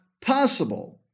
possible